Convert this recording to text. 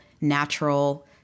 natural